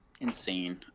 insane